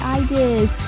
ideas